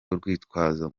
urwitwazo